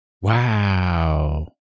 Wow